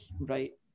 right